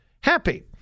happy